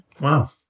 Wow